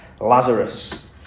Lazarus